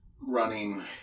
running